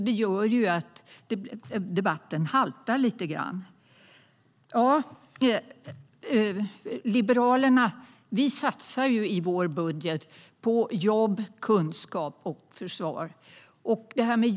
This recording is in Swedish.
Det gör att debatten haltar lite. Liberalerna satsar i sin budget på jobb, kunskap och försvar.